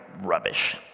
rubbish